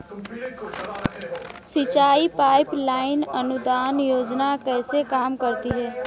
सिंचाई pipeline अनुदान योजना कैसे काम करती है?